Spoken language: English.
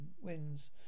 wins